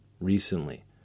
recently